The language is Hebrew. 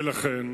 ולכן,